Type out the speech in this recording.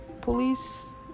police